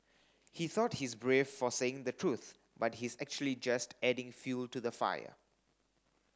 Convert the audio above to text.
he thought he's brave for saying the truth but he's actually just adding fuel to the fire